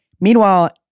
Meanwhile